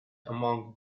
among